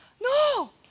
no